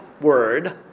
word